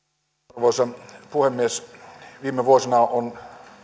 arvoisa puhemies viime vuosina on